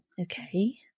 okay